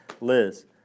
Liz